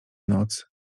noc